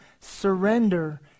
surrender